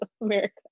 America